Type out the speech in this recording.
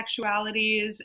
sexualities